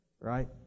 right